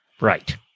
Right